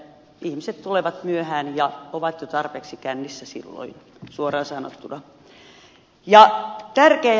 ihmiset tulevat myöhään ja ovat jo tarpeeksi kännissä silloin suoraan sanottuna